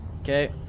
Okay